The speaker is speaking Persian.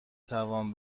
توان